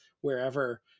wherever